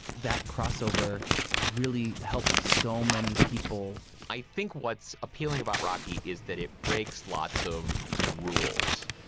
that crossover really helped so many people i think what's appealing about rocky is that it breaks lots of rules.